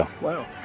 Wow